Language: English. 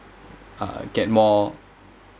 uh get more